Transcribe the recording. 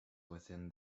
within